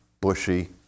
bushy